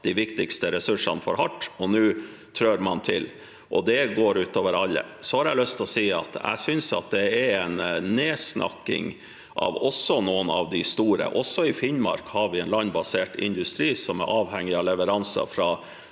de viktigste ressursene for hardt, og nå trår man til. Det går ut over alle. Jeg har lyst til å si at jeg synes det er en nedsnakking av noen av de store. Også i Finnmark har vi en landbasert industri som er avhengig av leveranser fra